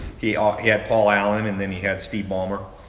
he um he had paul allen and then he had steve ballmer.